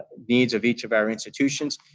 needs of each of our institutions.